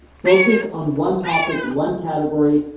focus on one topic, one category,